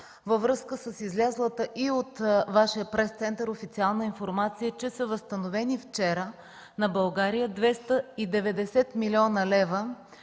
във връзка с излязлата и от Вашия пресцентър официална информация, че вчера са възстановени на България 290 млн. лв.